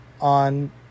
on